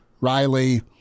Riley